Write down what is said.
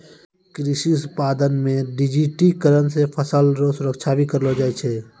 कृषि उत्पादन मे डिजिटिकरण से फसल रो सुरक्षा भी करलो जाय छै